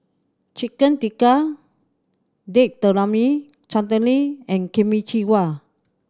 Chicken Tikka Date Tamarind Chutney and Kimchi